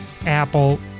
apple